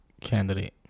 candidate